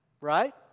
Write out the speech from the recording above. Right